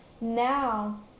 Now